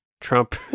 Trump